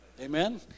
Amen